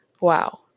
Wow